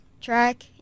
track